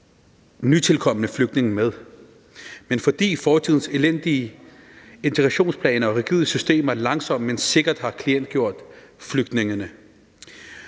nytilkomne flygtninge med, men fordi fortidens elendige integrationsplaner og rigide systemer langsomt, men sikkert, har klientgjort flygtningene.